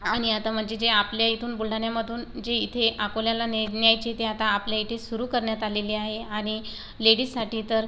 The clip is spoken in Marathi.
आणि आता म्हणजे जे आपल्या इथून बुलढाण्यामधून जे इथे अकोल्याला न्या न्यायची ती आता आपल्या इथे सुरू करण्यात आलेली आहे आणि लेडीजसाठी तर